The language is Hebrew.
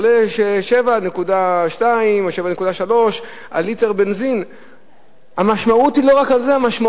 ליטר בנזין עולה 7.2 או 7.3. אבל המשמעות היא לא רק בזה אלא